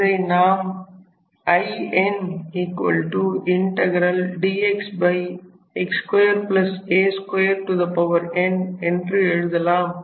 இதை நாம் Indxx2 a 2 n என்று எழுதலாம்